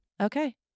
Okay